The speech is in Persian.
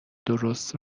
درست